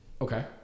okay